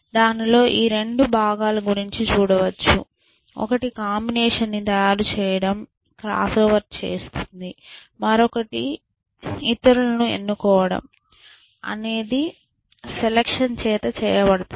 దానిలోని ఈ 2 భాగాలు గురించి చూడవచ్చు ఒకటి కాంబినేషన్ ని తయారు చేయడం క్రాస్ ఓవర్ చేస్తుంది మరియు మరొకటి ఇతరులు ఎన్నుకోవడం అనేది సెలక్షన్ చేత చేయబడుతోంది